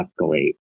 escalate